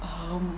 um